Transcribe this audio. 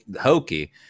hokey